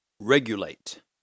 regulate